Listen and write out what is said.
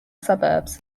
suburbs